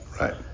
right